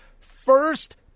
first